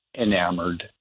enamored